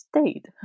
stayed